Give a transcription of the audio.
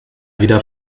wieder